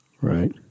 Right